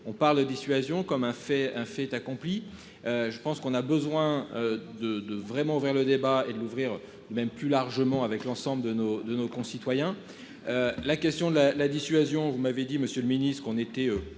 on parle de dissuasion comme un fait un fait accompli. Je pense qu'on a besoin de de vraiment ouvrir le débat et de l'ouvrir même plus largement avec l'ensemble de nos, de nos concitoyens. La question la la dissuasion, vous m'avez dit monsieur le Ministre qu'on était